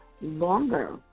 longer